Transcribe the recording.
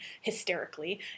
hysterically